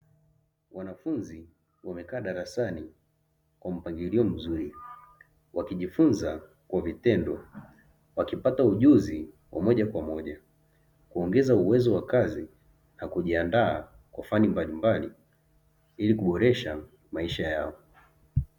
Wanafunzi wamekaa darasani kwa mpangilio mzuri, wakijifunza kwa vitendo, wakipata ujuzi wa moja kwa moja. Kuongeza uwezo wa kazi na kujiandaa kwa fani mbalimbali ili kuboresha maisha yao.